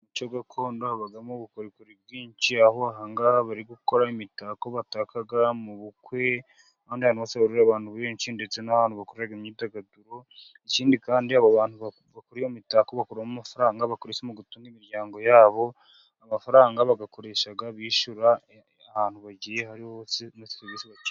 Umuco gakondo habamo ubukorikori bwinshi ,aho aha ngaha bari gukora imitako bataka mu bukwe n'ahandi hantu hose hahurira abantu benshi ,ndetse n'ahantu bakorera imyidagaduro ,ikindi kandi abo bantu bakora iyo mitako bakuramo amafaranga bakoresha mu gutunga imiryango yabo .Amafaranga bayakoresha bishyura ahantu bagiye ahariho hose muri serivisi.